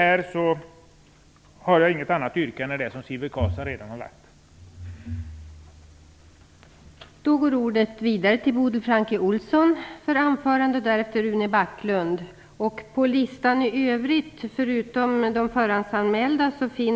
Jag har inget annat yrkande än det som Sivert Carlsson redan har fört fram.